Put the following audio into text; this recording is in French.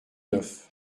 neuf